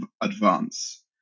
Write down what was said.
advance